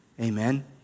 Amen